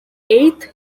eighth